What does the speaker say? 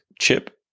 Chip